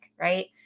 Right